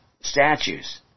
statues